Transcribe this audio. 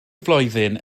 flwyddyn